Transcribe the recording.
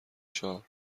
چهار